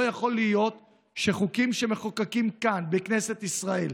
לא יכול להיות שחוקים שמחוקקים כאן בכנסת ישראל,